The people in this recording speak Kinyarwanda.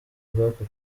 bw’aka